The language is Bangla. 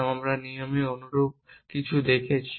তখন আমরা নিয়মের অনুরূপ কিছু দেখেছি